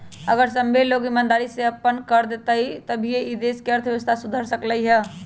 अगर सभ्भे लोग ईमानदारी से अप्पन कर देतई तभीए ई देश के अर्थव्यवस्था सुधर सकलई ह